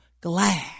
glad